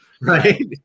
right